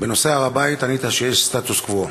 בנושא הר-הבית ענית שיש סטטוס-קוו.